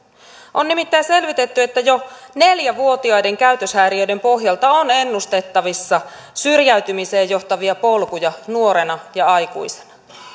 on nimittäin selvitetty että jo neljä vuotiaiden käytöshäiriöiden pohjalta on ennustettavissa syrjäytymiseen johtavia polkuja nuorena ja aikuisena